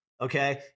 Okay